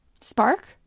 Spark